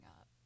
up